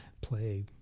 play